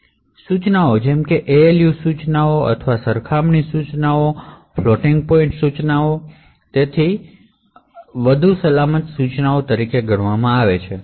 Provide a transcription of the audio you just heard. instruction જેમ કે ALU instruction અથવા comparison instruction floating point instruction વગેરેને સલામત ઇન્સટ્રકશનશ તરીકે ગણવામાં આવે છે